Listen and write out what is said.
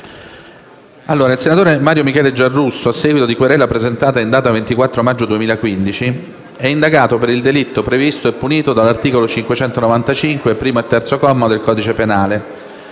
il senatore Mario Michele Giarrusso, a seguito di querela presentata in data 24 maggio 2015, è indagato per il delitto previsto e punito dall'articolo 595, commi 1 e 3, del codice penale,